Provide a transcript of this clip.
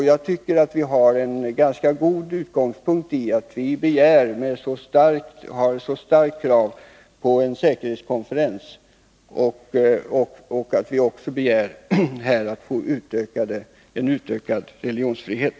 Jag tycker att vi har en ganska god utgångspunkt i vårt starka krav på en säkerhetskonferens och i att vi också begär att få en ökad religionsfrihet.